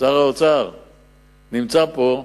נמצא פה.